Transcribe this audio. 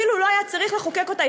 אפילו לא היה צריך לחוקק אותה,